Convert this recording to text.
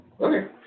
Okay